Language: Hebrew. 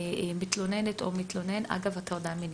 מתלוננת או מתלונן אגב הטרדה מינית.